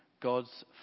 God's